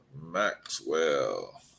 Maxwell